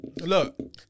Look